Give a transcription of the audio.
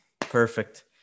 Perfect